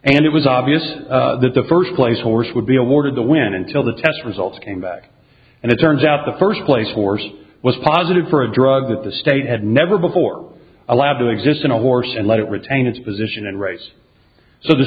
and it was obvious that the first place horse would be awarded the win until the test results came back and it turns out the first place horse was positive for a drug that the state had never before allowed to exist in a horse and let it retain its position and rights so the